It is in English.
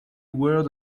word